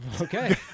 Okay